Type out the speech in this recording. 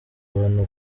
abantu